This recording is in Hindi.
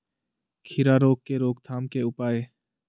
खीरा रोग के रोकथाम के उपाय?